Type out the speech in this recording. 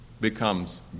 becomes